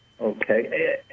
okay